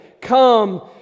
Come